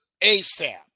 ASAP